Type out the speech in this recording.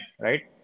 right